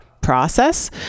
process